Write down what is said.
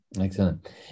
Excellent